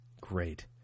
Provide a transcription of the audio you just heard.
great